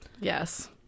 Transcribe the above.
Yes